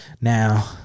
Now